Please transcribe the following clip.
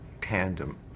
tandem